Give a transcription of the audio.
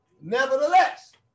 Nevertheless